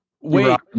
Wait